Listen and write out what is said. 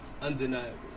undeniable